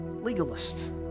legalist